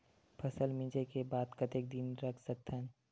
फसल मिंजे के बाद कतेक दिन रख सकथन?